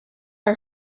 are